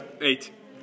Eight